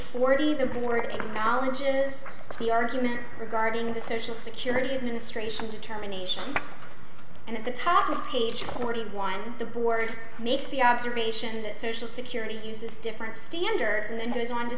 forty the board acknowledges the argument regarding the social security administration determinations and at the top of page forty one the board makes the observation that social security uses different standards and then goes on to